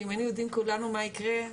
ואם היינו יודעים כולנו מה יקרה,